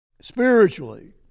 spiritually